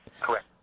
Correct